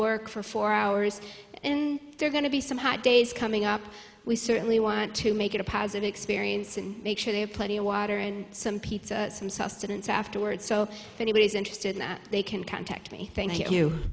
work for four hours and they're going to be some hot days coming up we certainly want to make it a positive experience and make sure they have plenty of water and some pizza some sustenance afterwards so if anybody's interested in that they can contact me thank you